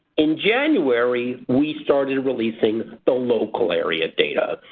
in january we started releasing the local area data.